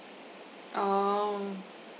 um